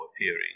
appearing